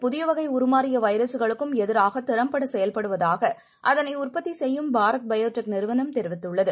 புதியவகைஉருமாறியவைரஸ்களுக்கும் எதிராகதிறம்படசெயல்படுவதாக அதனைஉற்பத்திசெய்யும் பாரத் பயோடெக் நிறுவனம் தெரிவித்துள்ளது